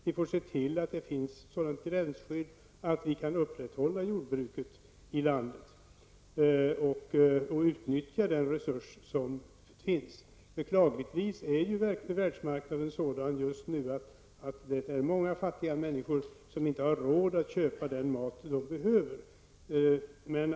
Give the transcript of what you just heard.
Vi får se till att det finns ett sådant gränsskydd att vi kan upprätthålla jordbruket i landet och utnyttja denna resurs. Beklagligtvis är världsmarknaden sådan just nu att många fattiga människor inte har råd att köpa den mat som de behöver.